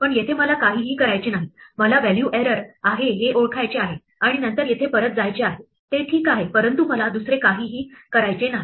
पण येथे मला काहीही करायचे नाही मला व्हॅल्यू एरर आहे हे ओळखायचे आहे आणि नंतर येथे परत जायचे आहे ते ठीक आहे परंतु मला दुसरे काहीही करायचे नाही